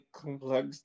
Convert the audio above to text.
complex